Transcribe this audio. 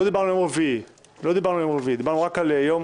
לא דיברנו על יום רביעי, דיברנו רק על ימים